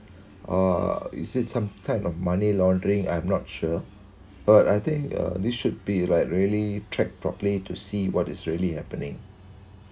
or is it some type of money laundering I'm not sure but I think uh they should be like really track properly to see what is really happening